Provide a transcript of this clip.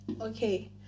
okay